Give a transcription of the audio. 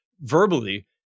verbally